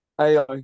AI